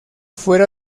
fuera